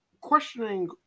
questioning